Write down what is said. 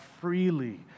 freely